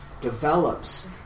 develops